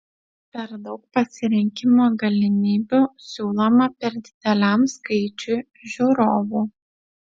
per daug pasirinkimo galimybių siūloma per dideliam skaičiui žiūrovų